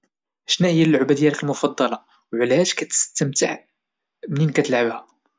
شنوهيا اللعبة ديالك المفضلة وعلاش كتستمتع منين كتلعبها؟